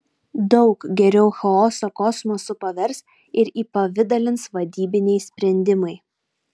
daug geriau chaosą kosmosu pavers ir įpavidalins vadybiniai sprendimai